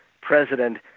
president